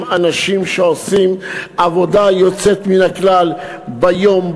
הם אנשים שעושים עבודה יוצאת מן הכלל ביום,